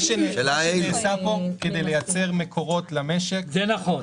מה שנעשה פה כדי לייצר מקורות למשק -- זה נכון,